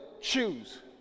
choose